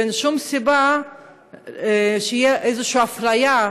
ואין שום סיבה שתהיה איזושהי אפליה,